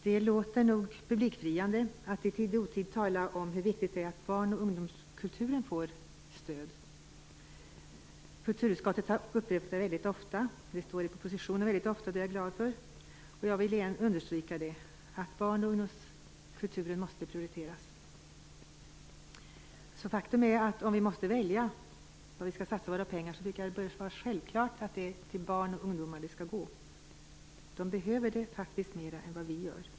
Det talas i tid och otid om hur viktigt det är att barn och ungdomskulturen får stöd. Kulturutskottet upprepar ofta detta, och jag är glad för att det också ofta framhålls i propositionerna. Jag vill återigen understryka att barn och ungdomskulturen måste prioriteras. Om vi måste välja något som vi skulle satsa våra pengar på, tycker jag att det borde vara självklart att de skall gå till barn och ungdomar. De behöver det faktiskt mera än vad vi gör.